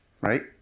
right